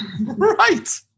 right